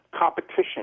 competition